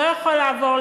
כבר לא מעניין אותו,